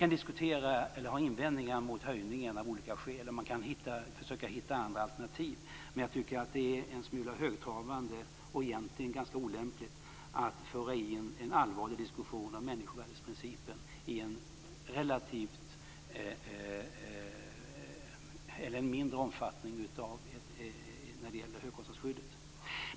Man kan ha invändningar mot höjningen av olika skäl och man kan försöka hitta andra alternativ, men jag tycker att det är en smula högtravande och egentligen ganska olämpligt att föra in en allvarlig diskussion om människovärdesprincipen i en fråga av mindre omfattning som gäller högkostnadsskyddet.